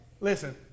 Listen